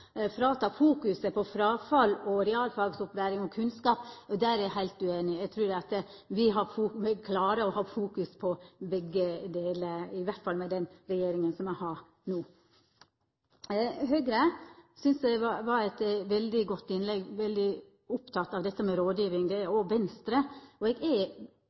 frå fråfall, realfagsopplæring og kunnskap. Det er eg heilt ueinig i. Eg trur at me klarer å ha fokus på begge delar, i alle fall når me har den regjeringa me har no. Eg syntest Høgre hadde eit veldig godt innlegg. Ein var veldig oppteken av dette med rådgjeving. Det er òg Venstre. Eg er